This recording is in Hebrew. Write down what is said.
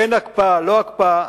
כן הקפאה לא הקפאה,